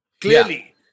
clearly